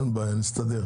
אין בעיה, נסתדר.